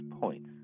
points